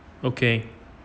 okay